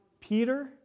Peter